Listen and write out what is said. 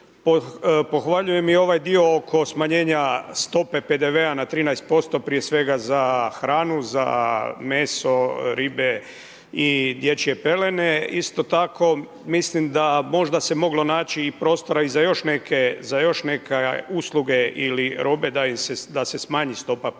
Pohvaljujem i ovaj dio oko smanjenja stope PDV-a na 13% prije svega za hranu, za meso, ribe i dječje pelene. Isto tako mislim da možda se moglo naći prostora za još neke usluge ili robe da se smanji stopa PDV-a